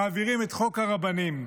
מעבירים את חוק הרבנים,